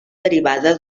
derivada